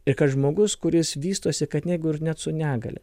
ir kad žmogus kuris vystosi kad net jeigu ir net su negalia